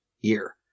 year